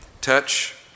Touch